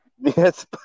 Yes